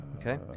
Okay